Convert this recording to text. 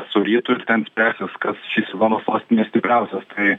su rytu ir ten spręsis kas šį sezoną sostinėj stipriausias tai